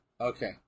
okay